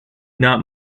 not